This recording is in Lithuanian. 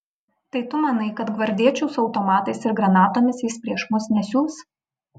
tai tu manai kad gvardiečių su automatais ir granatomis jis prieš mus nesiųs